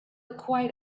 quite